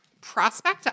prospect